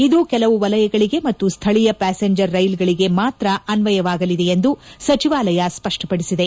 ಇದು ಕೆಲವು ವಲಯಗಳಿಗೆ ಮತ್ತು ಸ್ಲಳೀಯ ಪ್ಯಾಸೆಂಜರ್ ರೈಲುಗಳಿಗೆ ಮಾತ್ರ ಅನ್ವಯವಾಗಲಿದೆ ಎಂದು ಸಚಿವಾಲಯ ಸ್ಪಡ್ವಪಡಿಸಿದೆ